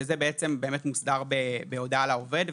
שזה מוסדר בהודעה לעובד,